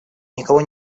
никого